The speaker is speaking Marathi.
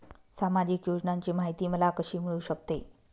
सामाजिक योजनांची माहिती मला कशी मिळू शकते?